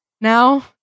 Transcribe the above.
now